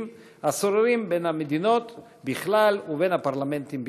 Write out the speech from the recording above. השוררים בין המדינות בכלל ובין הפרלמנטים בפרט.